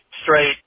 straight